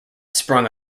sprung